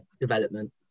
development